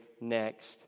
next